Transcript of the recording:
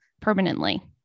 permanently